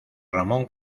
ramón